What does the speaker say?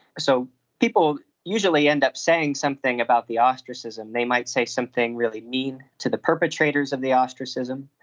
so people usually end up saying something about the ostracism, they might say something really mean to the perpetrators of the ostracism,